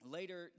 Later